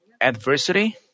Adversity